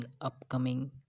upcoming